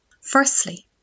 Firstly